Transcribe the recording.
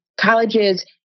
colleges